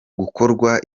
gukorwa